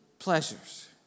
Pleasures